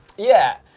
yeah,